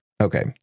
okay